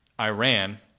Iran